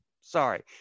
Sorry